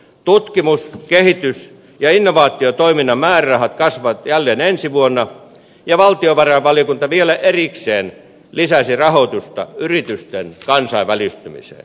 tutkimus kehitys ja innovaatiotoiminnan määrärahat kasvavat jälleen ensi vuonna ja valtiovarainvaliokunta vielä erikseen lisäsi rahoitusta yritysten kansainvälistymiseen